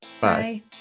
Bye